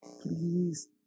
Please